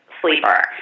sleeper